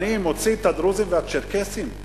אני מוציא את הדרוזים והצ'רקסים,